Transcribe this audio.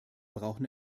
brauchen